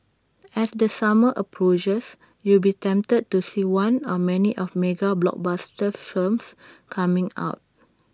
as the summer approaches you will be tempted to see one or many of mega blockbuster films coming out